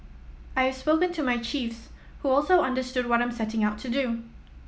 I have spoken to my chiefs who also understood what I'm setting out to do